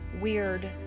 weird